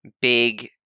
big